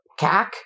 CAC